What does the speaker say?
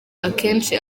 akenshi